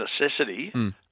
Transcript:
necessity